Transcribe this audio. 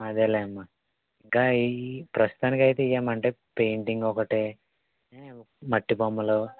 అదేలేమ్మ ఇంకా ఈ ప్రస్తుతానికి అయితే ఇవి అమ్మ అంటే పెయింటింగ్ ఒకటే మట్టి బొమ్మలు